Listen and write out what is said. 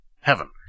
heaven